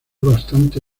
bastante